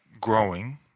growing